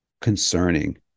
concerning